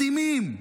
מדהימים.